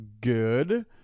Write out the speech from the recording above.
good